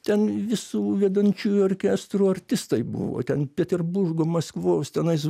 ten visų vedančiųjų orkestrų artistai buvo ten peterburgo maskvos tenais